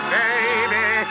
baby